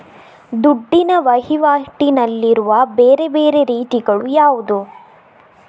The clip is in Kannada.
ದುಡ್ಡಿನ ವಹಿವಾಟಿನಲ್ಲಿರುವ ಬೇರೆ ಬೇರೆ ರೀತಿಗಳು ಯಾವುದು?